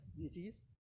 disease